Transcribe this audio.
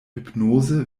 hypnose